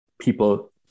people